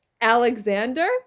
alexander